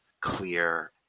clear